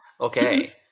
okay